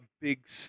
big